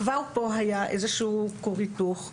כבר פה היה איזשהו כור היתוך,